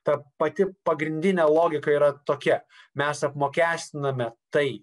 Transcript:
ta pati pagrindinė logika yra tokia mes apmokestiname tai